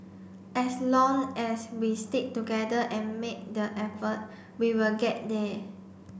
as long as we stick together and make the effort we will get there